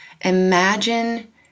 Imagine